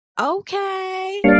Okay